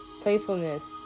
Playfulness